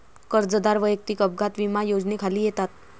कर्जदार वैयक्तिक अपघात विमा योजनेखाली येतात